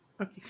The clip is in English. Okay